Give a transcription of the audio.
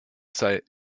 sei